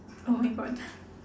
oh my god